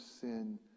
sin